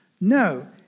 No